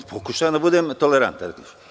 Pokušavam da budem tolerantan.